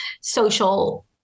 social